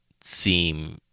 seem